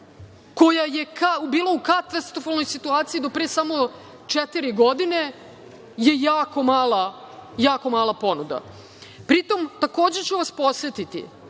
koja je bila u katastrofalnoj situaciji do pre samo četiri godine, je jako mala ponuda. Pritom, takođe ću vas podsetiti,